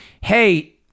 hey